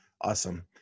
Awesome